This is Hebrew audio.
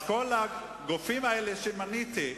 אז כל הגופים האלה שמניתי,